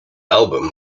album